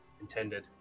intended